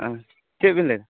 ᱪᱮᱫ ᱵᱤᱱ ᱞᱟᱹᱭᱫᱟ